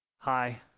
Hi